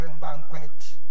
banquet